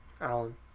Alan